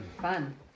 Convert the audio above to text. Fun